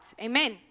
Amen